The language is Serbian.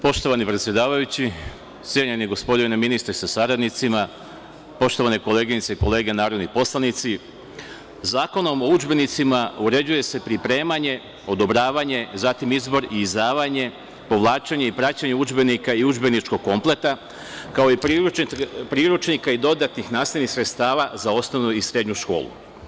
Poštovani predsedavajući, cenjeni gospodine ministre sa saradnicima, poštovane koleginice i kolege narodni poslanici, Zakonom o udžbenicima uređuje se pripremanje i odobravanje, zatim izdavanje, povlačenje udžbenika i udžbeničkog kompleta, kao i priručnika i dodatnih nastavnih sredstava za osnovnu i srednju školu.